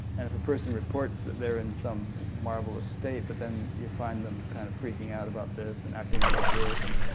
and if a person reports that they are in some marvelous state but then you find them kind of freaking out about this, and acting like a jerk, and